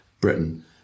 Britain